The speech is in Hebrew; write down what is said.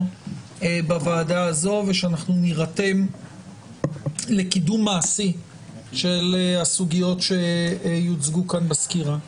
בוועדה הזו ושאנחנו נירתם לקידום מעשי של הסוגיות שיוצגו כאן בסקירה.